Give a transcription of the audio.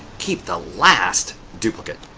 keep the last duplicate.